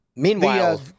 Meanwhile-